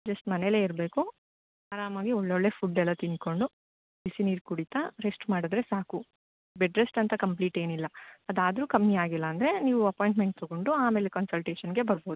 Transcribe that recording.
just ಮನೇಲ್ಲೆ ಇರಬೇಕು ಆರಾಮಾಗಿ ಒಳ್ಳೊಳ್ಳೆಯ ಫುಡ್ಡೆಲ್ಲ ತಿನ್ಕೊಂಡು ಬಿಸಿ ನೀರು ಕುಡಿತಾ ರೆಸ್ಟ್ ಮಾಡಿದ್ರೆ ಸಾಕು ಬೆಡ್ ರೆಸ್ಟ್ ಅಂತ ಕಂಪ್ಲೀಟ್ ಏನಿಲ್ಲ ಅದಾದರೂ ಕಮ್ಮಿ ಆಗಿಲ್ಲಾಂದರೆ ನೀವು ಅಪಾಯಿಂಟ್ಮೆಂಟ್ ತಗೊಂಡು ಆಮೇಲೆ ಕನ್ಸಲ್ಟೇಶನ್ಗೆ ಬರ್ಬೋದು